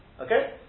Okay